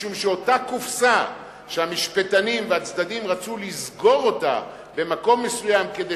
משום שאותה קופסה שהמשפטנים והצדדים רצו לסגור אותה במקום מסוים כדי